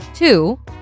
Two